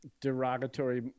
derogatory